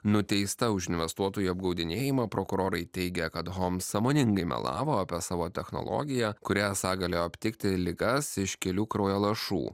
nuteista už investuotojų apgaudinėjimą prokurorai teigia kad hom sąmoningai melavo apie savo technologiją kuri esą galėjo aptikti ligas iš kelių kraujo lašų